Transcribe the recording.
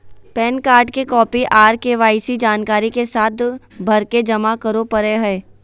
pan card के copy आर KYC जानकारी के साथ भरके जमा करो परय हय